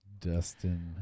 Dustin